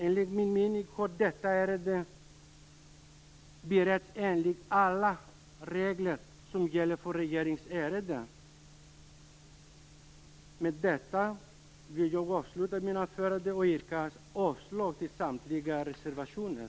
Enligt min mening har detta ärende beretts enligt alla regler som gäller för regeringsärenden. Med detta vill jag avsluta mitt anförande och yrka avslag på samtliga reservationer.